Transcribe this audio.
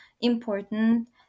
important